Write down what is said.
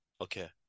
okay